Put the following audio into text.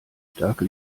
starke